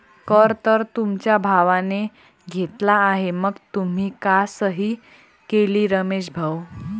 कर तर तुमच्या भावाने घेतला आहे मग तुम्ही का सही केली रमेश भाऊ?